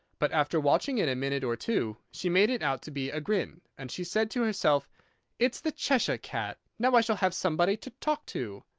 but, after watching it a minute or two, she made it out to be a grin, and she said to herself it's the cheshire cat now i shall have somebody to talk to.